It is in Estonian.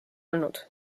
olnud